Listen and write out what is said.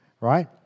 right